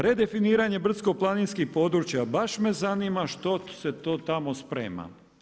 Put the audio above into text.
Redefiniranje brdsko-planinskih područja, baš me zanima što se to tamo sprema.